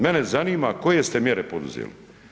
Mene zanima koje ste mjere poduzeli.